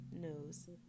news